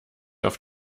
auf